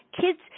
kids